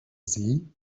sie